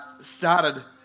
started